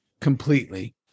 completely